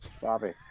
Bobby